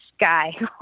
guy